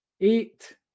eight